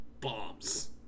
bombs